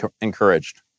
encouraged